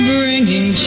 Bringing